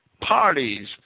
parties